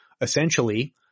essentially